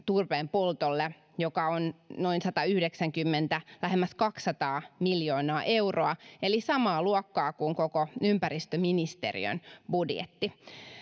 turpeenpoltolle verotukea joka on noin satayhdeksänkymmentä lähemmäs kaksisataa miljoonaa euroa eli samaa luokkaa kuin koko ympäristöministeriön budjetti